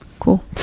cool